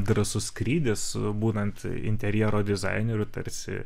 drąsus skrydis būnant interjero dizaineriu tarsi